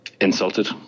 insulted